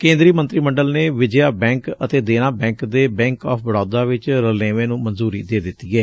ਕੇਂਦਰੀ ਮੰਤਰੀ ਮੰਡਲ ਨੇ ਵਿਜਯਾ ਬੈਂਕ ਅਤੇ ਦੇਨਾ ਬੈਂਕ ਦੇ ਬੈਂਕ ਆਫ਼ ਬੜੌਦਾ ਵਿਚ ਰਲੇਵੇਂ ਨੂੰ ਮਨਜੁਰੀ ਦੇ ਦਿੱਤੀ ਏ